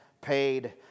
paid